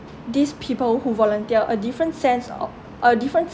these people who volunteer a different sense o~ a different